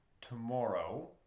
tomorrow